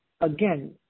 again